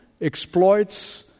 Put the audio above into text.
exploits